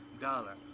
dollar